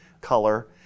color